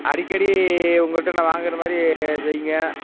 அடிக்கடி உங்கள்கிட்ட நான் வாங்கிற மாதிரி செய்யுங்க